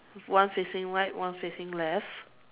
one facing right one facing left